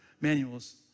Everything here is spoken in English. manuals